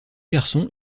garçons